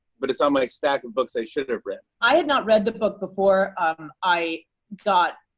but it's on my stack of books i should have read. i had not read the book before i got